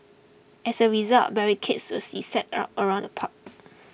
as a result barricades will be set up around the park